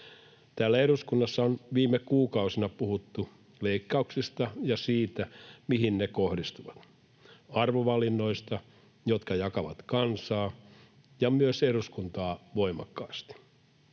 Täällä eduskunnassa on viime kuukausina puhuttu leikkauksista ja siitä, mihin ne kohdistuvat, arvovalinnoista, jotka jakavat kansaa ja myös eduskuntaa voimakkaasti.